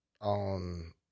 on